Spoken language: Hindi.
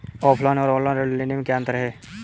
ऑफलाइन और ऑनलाइन ऋण लेने में क्या अंतर है?